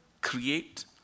create